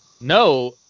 No